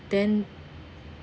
then